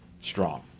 strong